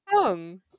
song